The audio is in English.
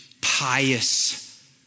pious